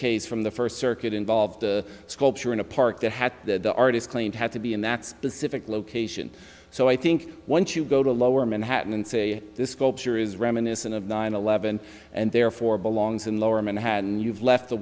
case from the first circuit involved a sculpture in a park that had the artist claim to have to be in that specific location so i think once you go to lower manhattan and say this sculpture is reminiscent of nine eleven and therefore belongs in lower manhattan you've left the